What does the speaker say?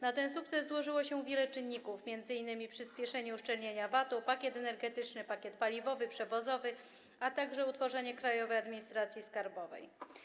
Na ten sukces złożyło się wiele czynników, m.in. przyspieszenie uszczelnienia VAT-u, pakiet energetyczny, pakiet paliwowy, przewozowy, a także utworzenie Krajowej Administracji Skarbowej.